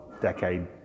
decade